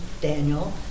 Daniel